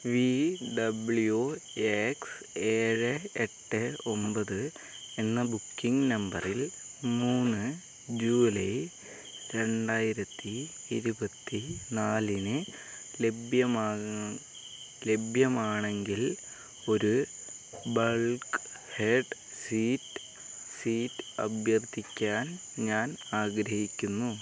V W X ഏഴ് എട്ട് ഒമ്പത് എന്ന ബുക്കിംഗ് നമ്പറിൽ മൂന്ന് ജൂലൈ രണ്ടായിരത്തി ഇരുപത്തി നാലിന് ലഭ്യമാക്കുക ലഭ്യമാണെങ്കിൽ ഒരു ബൾക്ക് ഹെഡ് സീറ്റ് സീറ്റ് അഭ്യർത്ഥിക്കാൻ ഞാൻ ആഗ്രഹിക്കുന്നു